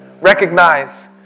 recognize